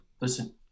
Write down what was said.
listen